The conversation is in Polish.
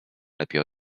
lepiej